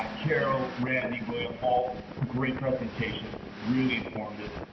ah carol, randy, william, all great presentations, really informative.